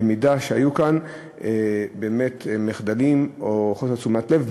במידה שהיו כאן באמת מחדלים או חוסר תשומת לב,